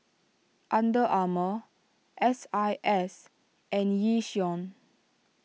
Under Armour S I S and Yishion